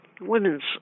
women's